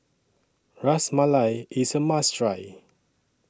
Ras Malai IS A must Try